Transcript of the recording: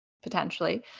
Potentially